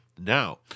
now